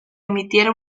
emitiera